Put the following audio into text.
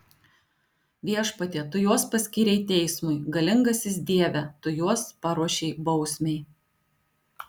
viešpatie tu juos paskyrei teismui galingasis dieve tu juos paruošei bausmei